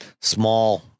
small